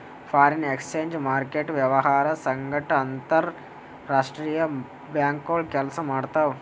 foreign exchange market ವ್ಯವಹಾರ್ ಸಂಗಟ್ ಅಂತರ್ ರಾಷ್ತ್ರೀಯ ಬ್ಯಾಂಕ್ಗೋಳು ಕೆಲ್ಸ ಮಾಡ್ತಾವ್